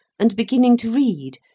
and, beginning to read,